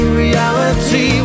reality